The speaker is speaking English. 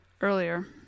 earlier